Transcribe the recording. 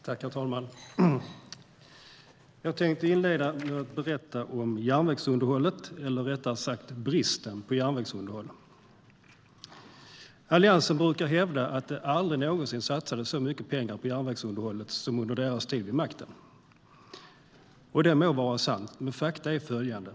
Herr talman! Jag tänkte inleda med att berätta om järnvägsunderhållet eller rättare sagt bristen på järnvägsunderhåll. Alliansen brukar hävda att det aldrig någonsin satsades så mycket pengar på järnvägsunderhållet som under deras tid vid makten. Det må vara sant, men fakta är följande.